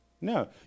No